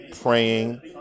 praying